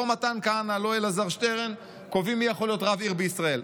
לא מתן כהנא ולא אלעזר שטרן קובעים מי יכול להיות רב עיר בישראל,